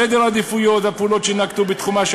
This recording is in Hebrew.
סדר העדיפויות והפעולות שיינקטו בתחומה של